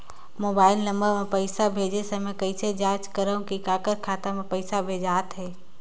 Mobile number मे पइसा भेजे समय कइसे जांच करव की काकर खाता मे पइसा भेजात हे?